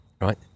right